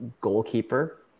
goalkeeper